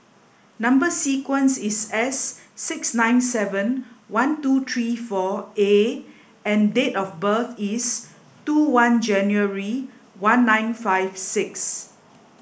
number sequence is S six nine seven one two three four A and date of birth is two one January one nine five six